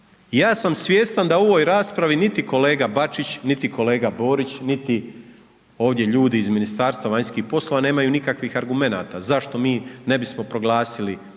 ja sam svjestan da u ovoj raspravi niti kolega Bačić niti kolega Borić niti ovdje ljudi iz Ministarstva vanjskih poslova nemaju nikakvih argumenata, zašto mi ne bismo proglasili